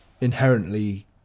inherently